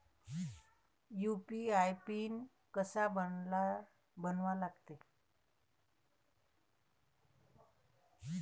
UPI PIN कसा बनवा लागते?